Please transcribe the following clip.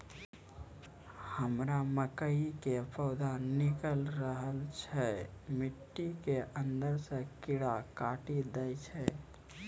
हमरा मकई के पौधा निकैल रहल छै मिट्टी के अंदरे से कीड़ा काटी दै छै?